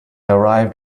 arrived